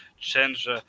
change